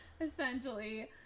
essentially